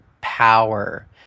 power